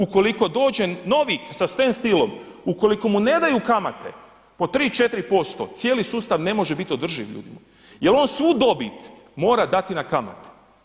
Ukoliko dođe novi sa stand stillom, ukoliko mu ne daju kamate po 3,4% cijeli sustav ne može biti održi ljudi moji jer on svu dobit mora dati na kamate.